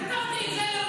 כתבתי את זה לראש הממשלה.